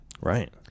right